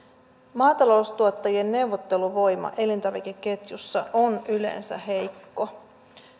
maataloustuottajien neuvotteluvoima elintarvikeketjussa on yleensä heikko